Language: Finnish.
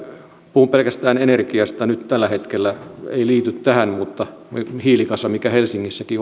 puhun pelkästään energiasta nyt tällä hetkellä ei liity tähän mutta sen hiilikasan mikä helsingissäkin